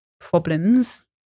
problems